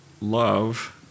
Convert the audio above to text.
love